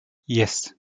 yes